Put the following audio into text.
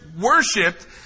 worshipped